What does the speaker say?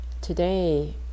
today